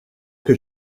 que